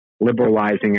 liberalizing